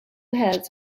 heads